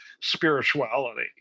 spirituality